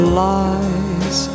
lies